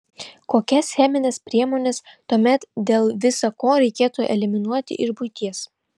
kokias chemines priemones tuomet dėl visa ko reikėtų eliminuoti iš buities